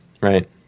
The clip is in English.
right